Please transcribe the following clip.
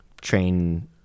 train